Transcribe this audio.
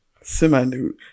semi-nude